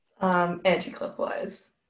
Anti-clockwise